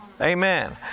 Amen